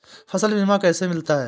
फसल बीमा कैसे मिलता है?